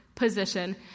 position